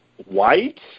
White